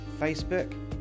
Facebook